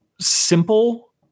simple